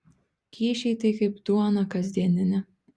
kyšiai tai kaip duona kasdieninė